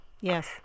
Yes